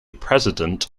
president